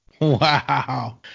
Wow